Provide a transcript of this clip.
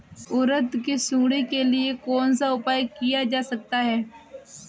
उड़द की सुंडी के लिए कौन सा उपाय किया जा सकता है?